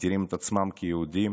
מגדירים את עצמם כיהודים,